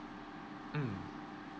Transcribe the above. mm